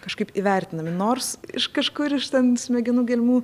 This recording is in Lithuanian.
kažkaip įvertinami nors iš kažkur iš ten smegenų gelmių